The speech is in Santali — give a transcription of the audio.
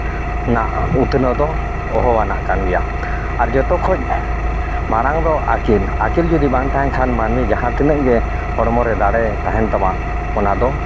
ᱱᱟᱜ ᱩᱛᱱᱟᱹᱣ ᱫᱚ ᱚᱦᱚ ᱟᱱᱟᱜ ᱠᱟᱱ ᱜᱮᱭᱟ ᱟᱨ ᱡᱚᱛᱚ ᱠᱷᱚᱡ ᱢᱟᱲᱟᱝ ᱫᱚ ᱟᱹᱠᱤᱞ ᱟᱹᱠᱤᱞ ᱡᱩᱫᱤ ᱵᱟᱝ ᱛᱟᱦᱮᱱ ᱠᱷᱟᱱ ᱢᱟᱹᱱᱢᱤ ᱡᱟᱦᱟᱸ ᱛᱤᱱᱟᱹᱜ ᱜᱮ ᱦᱚᱲᱢᱚ ᱨᱮ ᱫᱟᱲᱮ ᱛᱟᱦᱮᱱ ᱛᱟᱢᱟ ᱚᱱᱟ ᱫᱚ